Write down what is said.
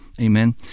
Amen